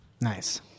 Nice